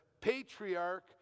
patriarch